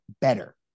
better